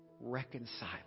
reconciliation